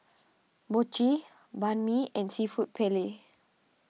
Mochi Banh Mi and Seafood Paella